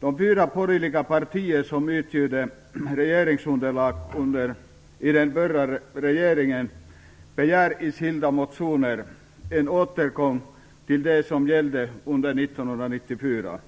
De fyra borgerliga partier som utgjorde regeringsunderlag i den förra regeringen begär i skilda motioner en återgång till det som gällde under 1994.